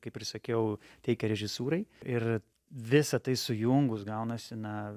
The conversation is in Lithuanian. kaip ir sakiau teikia režisūrai ir visa tai sujungus gaunasi na